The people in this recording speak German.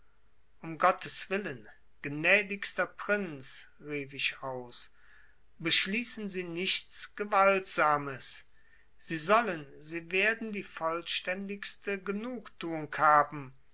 um gottes willen gnädigster prinz rief ich aus beschließen sie nichts gewaltsames sie sollen sie werden die vollständigste genugtuung haben